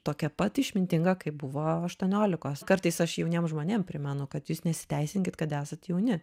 tokia pat išmintinga kaip buvo aštuoniolikos kartais aš jauniem žmonėm primenu kad jūs nesiteisinkit kad esat jauni